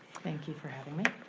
thank you for having me.